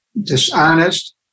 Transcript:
dishonest